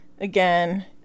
Again